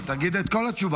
אבל תגיד את כל התשובה,